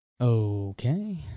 Okay